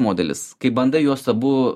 modelis kai bandai juos abu